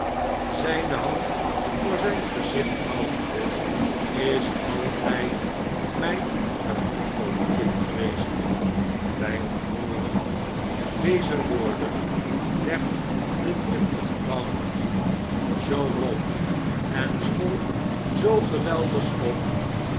zijne hand voor zijn gezicht houdende is altijd mijn geliefkoosd kind geweest bij het hooren dezer woorden werd de driftige bounderby zoo rood en zwol zoo geweldig op